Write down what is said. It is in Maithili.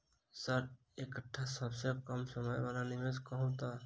सर एकटा सबसँ कम समय वला निवेश कहु तऽ?